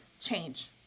change